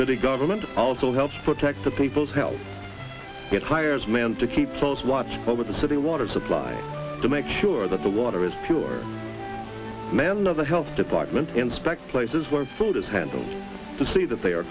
city government also helps protect the people's health it hires man to keep close watch over the city water supply to make sure that the water is pure man of the health department inspector places where food is handled to see that they are